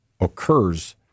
occurs